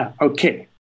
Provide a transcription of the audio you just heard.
Okay